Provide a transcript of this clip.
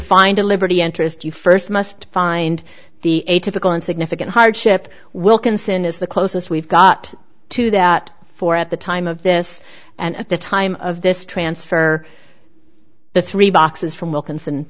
find a liberty interest you first must find the atypical and significant hardship wilkinson is the closest we've got to that for at the time of this and at the time of this transfer the three boxes from wilkinson